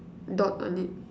dot on it